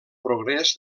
progrés